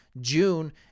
June